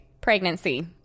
pregnancy